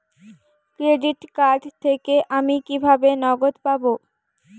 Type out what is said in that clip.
Credit card থেকে আমি কিভাবে নগদ পাব?